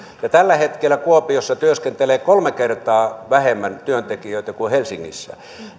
kun tällä hetkellä kuopiossa työskentelee kolme kertaa vähemmän työntekijöitä kuin helsingissä